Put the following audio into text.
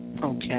Okay